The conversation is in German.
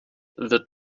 wird